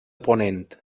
ponent